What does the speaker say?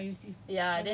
oh ya I send did you receive